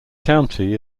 county